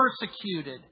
persecuted